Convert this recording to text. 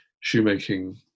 shoemaking